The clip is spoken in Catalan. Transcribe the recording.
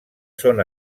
són